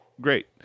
Great